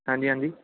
ਹਾਂਜੀ ਹਾਂਜੀ